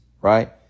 right